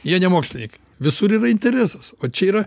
jie ne mokslininkai visur yra interesas o čia yra